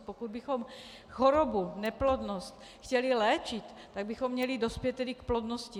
Pokud bychom chorobu neplodnost chtěli léčit, tak bychom měli dospět k plodnosti.